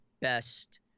best